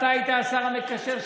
אתה היית השר המקשר,